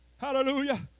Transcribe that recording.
Hallelujah